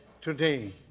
today